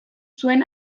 zuen